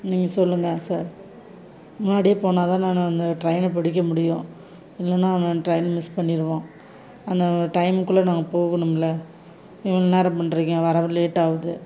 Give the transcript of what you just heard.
நீங்கள் சொல்லுங்கள் சார் முன்னாடியே போனால் தானே நான் ட்ரெயின பிடிக்க முடியும் இல்லைன்னா நான் ட்ரெயின் மிஸ் பண்ணிருவோம் அந்த டைமுக்குள்ளே நாங்கள் போகணும்ல இவ்வளோ நேரம் பண்ணுறீங்க வரவும் லேட் ஆகுது